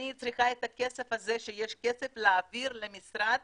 אני צריכה את הכסף הזה שיש כסף להעביר למשרד